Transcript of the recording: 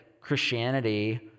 Christianity